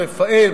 ברפא"ל,